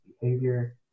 behavior